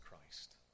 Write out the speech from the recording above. Christ